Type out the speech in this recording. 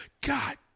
God